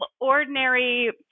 ordinary